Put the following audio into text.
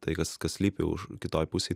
tai kas kas slypi už kitoj pusėj